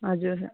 हजुर